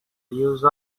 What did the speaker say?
use